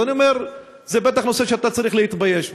אז אני אומר, זה בטח נושא שאתה צריך להתבייש בו,